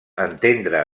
entendre